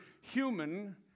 human